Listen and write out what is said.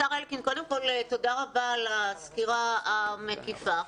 רבה על הסקירה המקיפה.